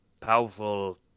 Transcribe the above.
powerful